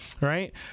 right